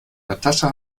natascha